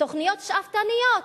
ותוכניות שאפתניות.